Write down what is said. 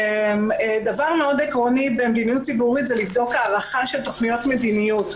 דבר מאוד עקרוני במדיניות ציבורית זה לבדוק הערכה של תכניות מדיניות,